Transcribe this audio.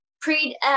pre